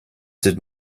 did